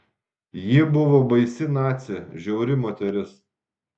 ji buvo baisi nacė žiauri moteris